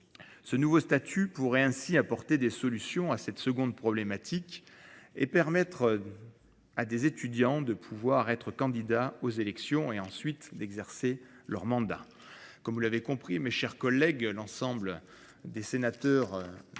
Ce nouveau statut pourrait ainsi apporter des solutions à cette seconde problématique et permettre à des étudiants de pouvoir être candidat aux élections et ensuite exercer leur mandat. Comme vous l'avez compris, mes chers collègues, l'ensemble des sénateurs